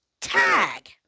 tag